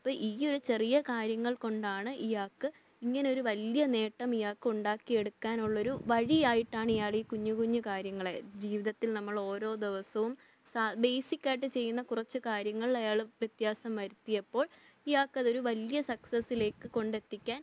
അപ്പോള് ഈ ഒരു ചെറിയ കാര്യങ്ങൾ കൊണ്ടാണ് ഇയാള്ക്ക് ഇങ്ങനെ ഒരു വലിയ നേട്ടം ഇയാള്ക്ക് ഉണ്ടാക്കിയെടുക്കാനുള്ളൊരു വഴിയായിട്ടാണ് ഇയാൾ ഈ കുഞ്ഞു കുഞ്ഞു കാര്യങ്ങളെ ജീവിതത്തിൽ നമ്മൾ ഓരോ ദിവസവും സ ബേസിക്കായിട്ട് ചെയ്യുന്ന കുറച്ചു കാര്യങ്ങൾ അയാള് വ്യത്യാസം വരുത്തിയപ്പോൾ ഇയാള്ക്കതൊരു വലിയ സക്സസിലേക്ക് കൊണ്ടെത്തിക്കാൻ